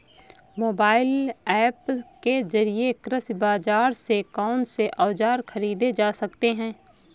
Mobile app के जरिए कृषि बाजार से कौन से औजार ख़रीदे जा सकते हैं?